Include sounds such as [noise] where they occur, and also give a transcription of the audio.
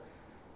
[breath]